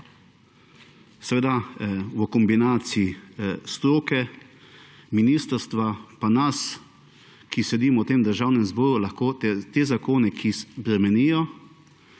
seveda v kombinaciji stroke, ministrstva in nas, ki sedimo v tem državnem zboru, lahko spremenimo te zakone, ki bremenijo